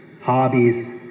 hobbies